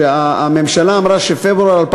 הממשלה אמרה שפברואר 2014,